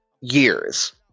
years